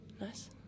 nice